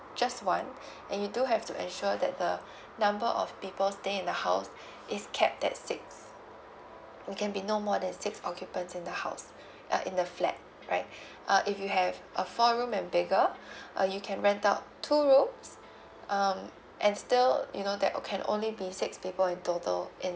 just one and you do have to ensure that the number of people staying in the house is capped at six it can be no more than six occupants in the house uh in the flat right uh if you have a four room and bigger uh you can rent out two rooms um and still you know that uh can only be six people in total in